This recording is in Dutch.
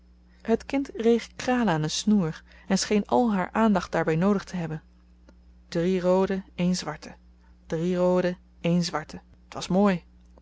het kind reeg kralen aan een snoer en scheen al haar aandacht daarby noodig te hebben drie rooden één zwarte drie rooden één zwarte t was mooi